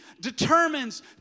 determines